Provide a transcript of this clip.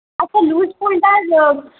আচ্ছা লুজ ফুলটা